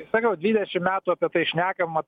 sakau dvidešim metų apie tai šnekama